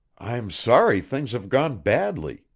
i'm sorry things have gone badly,